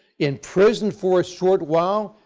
imprisoned for a short while,